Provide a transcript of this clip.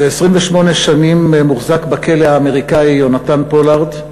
זה 28 שנים מוחזק בכלא האמריקאי יונתן פולארד,